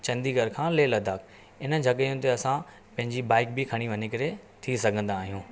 चंडीगढ़ खां लेह लद्दाख हिन जॻहियूं ते असां पंहिंजी बाइक बि खणी वञी करे थी सघंदा आहियूं